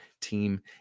team